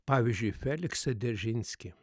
pavyzdžiui feliksą dzeržinskį